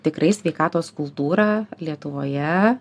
tikrai sveikatos kultūrą lietuvoje